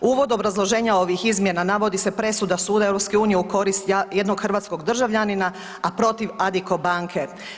Uvod obrazloženja ovih izmjena navodi se presuda suda EU u korist jednog hrvatskog državljanina a protiv Adikko banke.